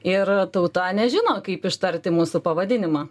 ir tauta nežino kaip ištarti mūsų pavadinimą